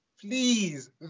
please